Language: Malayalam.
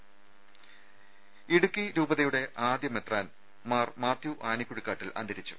രംഭ ഇടുക്കി രൂപതയുടെ ആദ്യ മെത്രാൻ മാർ മാത്യു ആനിക്കുഴിക്കാട്ടിൽ അന്തരിച്ചു